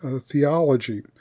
theology